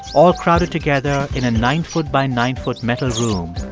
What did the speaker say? all crowded together in a nine foot by nine foot metal room,